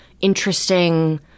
interesting